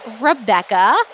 Rebecca